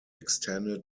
extended